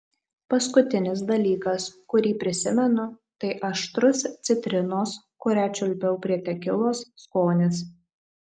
paskutinis dalykas kurį prisimenu tai aštrus citrinos kurią čiulpiau prie tekilos skonis